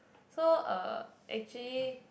so uh actually